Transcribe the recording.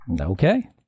okay